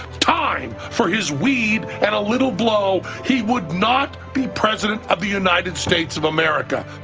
time for his weed and a little blow, he would not be president of the united states of america.